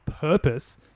purpose